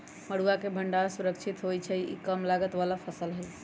मरुआ के भण्डार सुरक्षित होइ छइ इ कम लागत बला फ़सल हइ